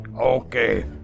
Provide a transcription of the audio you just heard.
Okay